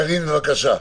קארין, בבקשה.